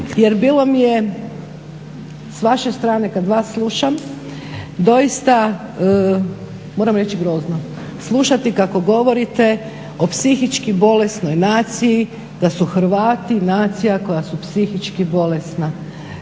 jer bilo mi je s vaše strane kad vas slušam doista moram reći grozno slušati kako govorite o psihički bolesnoj naciji da su Hrvati nacija koja su psihički bolesna.